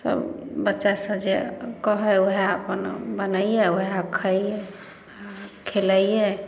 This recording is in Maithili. तऽ बच्चा सब जे कहै ओहए अपन बनैयै ओहए अपन खइयै खिलैयै